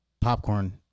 popcorn